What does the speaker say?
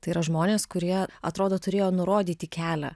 tai yra žmonės kurie atrodo turėjo nurodyti kelią